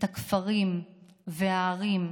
את הכפרים והערים,